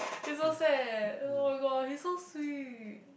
it's so sad eh [oh]-my-god he's so sweet